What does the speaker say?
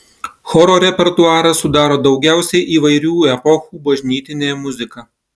choro repertuarą sudaro daugiausiai įvairių epochų bažnytinė muzika